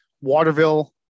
Waterville